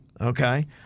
Okay